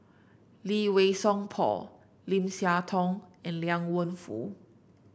Lee Wei Song Paul Lim Siah Tong and Liang Wenfu